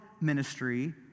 ministry